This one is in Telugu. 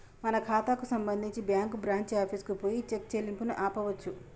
మన ఖాతాకు సంబంధించి బ్యాంకు బ్రాంచి ఆఫీసుకు పోయి చెక్ చెల్లింపును ఆపవచ్చు